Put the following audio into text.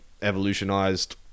evolutionized